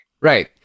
Right